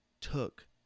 took